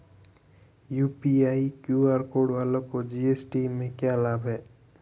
UPI QR code वालों को GST में लाभ क्या है?